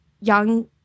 young